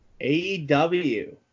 AEW